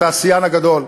התעשיין הגדול.